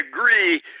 agree